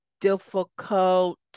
difficult